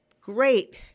great